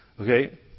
Okay